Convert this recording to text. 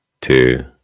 two